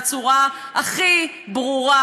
בצורה הכי ברורה,